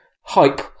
hype